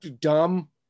dumb